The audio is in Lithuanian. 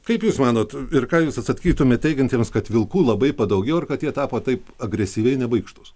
kaip jūs manot ir ką jūs atsakytumėt teigiantiems kad vilkų labai padaugėjo ir kad jie tapo taip agresyviai nebaikštūs